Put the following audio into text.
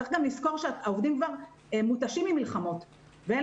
צריך גם לזכור שהעובדים כבר מותשים ממלחמות ואין